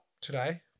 today